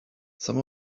some